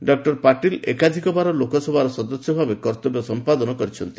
doctor Patil ଏକାଧିକବାର ଲୋକସଭାର ସଦସ୍ୟ ଭାବେ କର୍ତ୍ତବ୍ୟ ସମ୍ପାଦନ କରିଛନ୍ତି